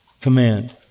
command